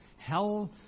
hell